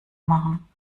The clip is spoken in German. machen